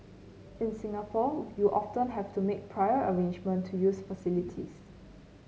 in Singapore you often have to make prior arrangement to use facilities